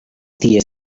ties